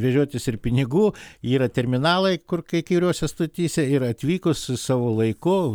vežiotis ir pinigų yra terminalai kur kai kuriose stotyse ir atvykus savo laiku